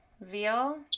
Veal